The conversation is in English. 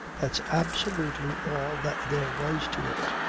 that's absolutely all that there was to it.